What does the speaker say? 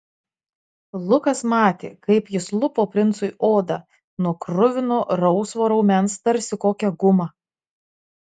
lukas matė kaip jis lupo princui odą nuo kruvino rausvo raumens tarsi kokią gumą